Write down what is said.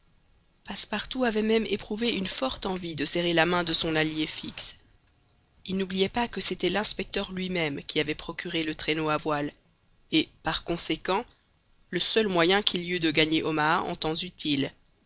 passepartout avait même éprouvé une forte envie de serrer la main de son allié fix il n'oubliait pas que c'était l'inspecteur lui-même qui avait procuré le traîneau à voiles et par conséquent le seul moyen qu'il y eût de gagner omaha en temps utile